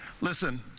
listen